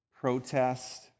protest